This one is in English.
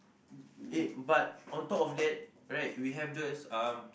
eh but on top of that right we have those um